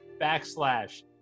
backslash